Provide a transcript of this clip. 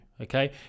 okay